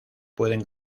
pueden